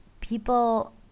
people